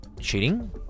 cheating